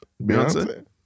Beyonce